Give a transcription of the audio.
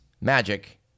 Magic